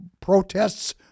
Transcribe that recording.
protests